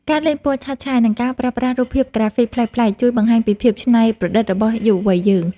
ការលេងពណ៌ឆើតឆាយ និងការប្រើប្រាស់រូបភាពក្រាហ្វិកប្លែកៗ ជួយបង្ហាញពីភាពច្នៃប្រឌិតរបស់យុវវ័យយើង។